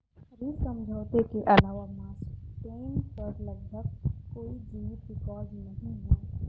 ऋण समझौते के अलावा मास्टेन पर लगभग कोई जीवित रिकॉर्ड नहीं है